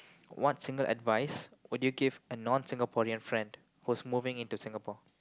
what single advice would you give a non Singaporean friend who is moving in to Singapore